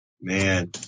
Man